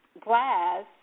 glass